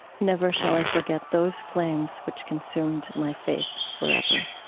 never shall i forget those flames which consumed my faith forever.